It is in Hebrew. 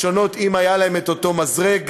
אם היה לכם את אותו מזרק.